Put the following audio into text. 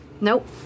Nope